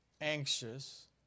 anxious